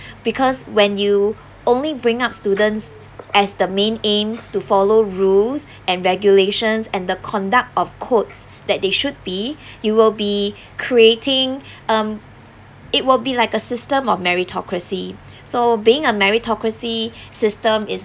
because when you only bring up students as the main aims to follow rules and regulations and the conduct of codes that they should be you will be creating um it will be like a system of meritocracy so being a meritocracy system is